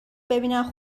ببینن